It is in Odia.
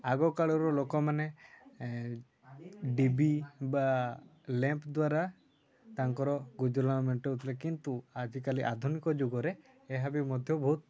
ଆଗ କାଳରୁ ଲୋକମାନେ ଡିବି ବା ଲେମ୍ପ୍ ଦ୍ଵାରା ତାଙ୍କର ଗୁଜୁରାଣ ମେଣ୍ଟଉଥିଲେ କିନ୍ତୁ ଆଜିକାଲି ଆଧୁନିକ ଯୁଗରେ ଏହା ବି ମଧ୍ୟ ବହୁତ